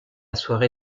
soirée